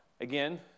again